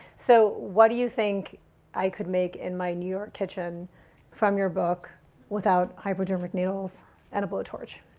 so what do you think i could make in my new york kitchen from your book without hypodermic needles and a blow torch?